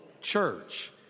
church